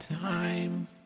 time